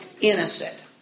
innocent